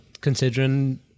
considering